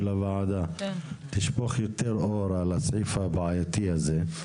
הוועדה תשפוך יותר אור על הסעיף הבעייתי הזה.